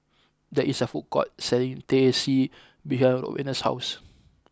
there is a food court selling Teh C behind Rowena's house